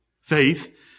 faith